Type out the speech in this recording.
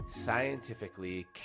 scientifically